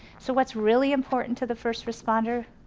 so what's really important to the first responder,